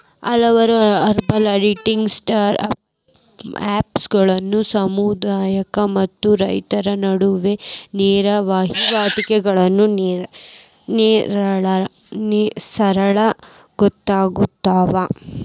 ಹಲವಾರು urban agritech ಸ್ಟಾರ್ಟ್ಅಪ್ಗಳು ಸಮುದಾಯಗಳು ಮತ್ತು ರೈತರ ನಡುವೆ ನೇರ ವಹಿವಾಟುಗಳನ್ನಾ ಸರಳ ಗೊಳ್ಸತಾವ